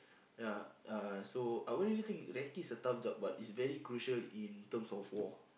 ya uh so I wouldn't really think recce is a tough job but it's very crucial in terms of war